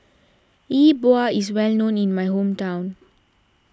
Yi Bua is well known in my hometown